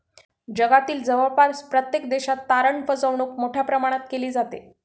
जगातील जवळपास प्रत्येक देशात तारण फसवणूक मोठ्या प्रमाणात केली जाते